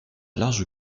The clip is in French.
large